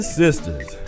sisters